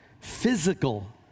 physical